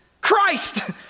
Christ